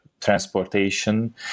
transportation